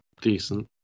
Decent